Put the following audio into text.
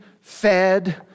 fed